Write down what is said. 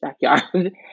backyard